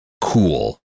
cool